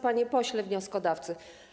Panie Pośle Wnioskodawco!